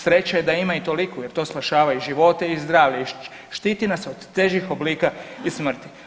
Sreća je da ima i toliku jer to spašava i živote i zdravlje i štiti nas od težih oblika i smrti.